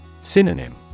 Synonym